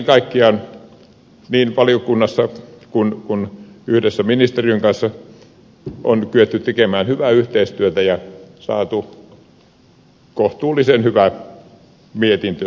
kaiken kaikkiaan niin valiokunnassa kuin yhdessä ministeriön kanssa on kyetty tekemään hyvää yhteistyötä ja saatu kohtuullisen hyvä mietintö aikaiseksi